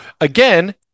again